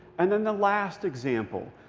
and then the last example,